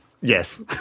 yes